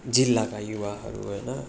जिल्लाका युवाहरू होइन